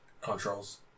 Controls